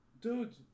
Dude